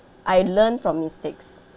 I learn from mistakes